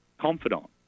confidant